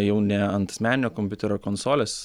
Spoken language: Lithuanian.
jau ne ant asmeninio kompiuterio konsolės